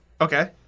Okay